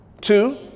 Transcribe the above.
Two